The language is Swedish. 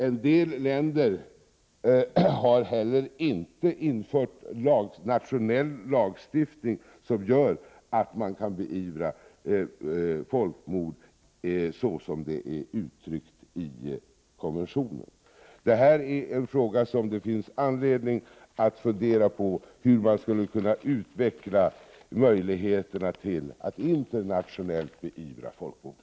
En del länder har heller inte infört nationell lagstiftning som gör att man kan beivra folkmord så som det är uttryckt i konventionen. Det finns anledning att fundera över hur man skulle kunna utveckla möjligheterna till att internationellt beivra folkmord.